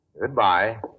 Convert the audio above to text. Goodbye